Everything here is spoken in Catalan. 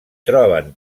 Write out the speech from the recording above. troben